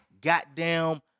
Goddamn